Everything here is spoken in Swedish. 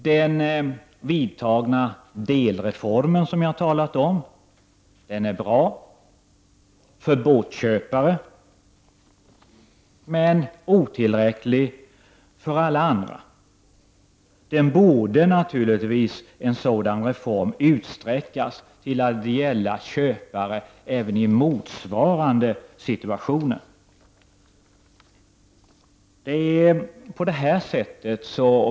Den genomförda delreform som jag talade om är bra för båtköpare, men otillräcklig för alla andra. En sådan här reform borde naturligtvis utsträckas till att gälla köpare även i motsvarande situationer.